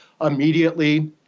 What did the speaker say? immediately